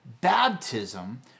baptism